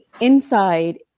inside